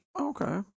Okay